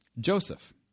Joseph